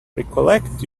recollect